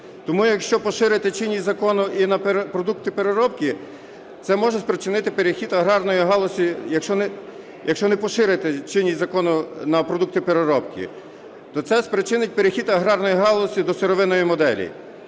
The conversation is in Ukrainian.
якщо не поширити чинність закону на продукти переробки, то це спричинить перехід аграрної галузі до сировинної моделі.